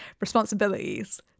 responsibilities